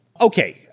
okay